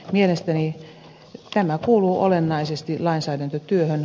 mielestäni tämä kuuluu olennaisesti lainsäädäntötyöhön